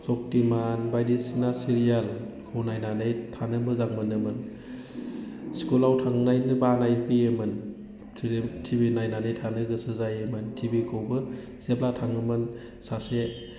शक्तिमान बायदिसिना सिरियेलखौ नायनानै थानो मोजां मोनोमोन स्कुलाव थांनो बानाय फैयोमोन टि भि नायनानै थानो गोसो जायोमोन टिभिखौबो जेब्ला थाङोमोन सासे